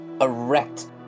erect